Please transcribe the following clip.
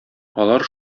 алар